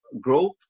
growth